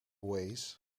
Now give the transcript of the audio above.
waze